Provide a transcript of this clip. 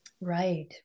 Right